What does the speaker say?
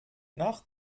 nach